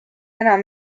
enam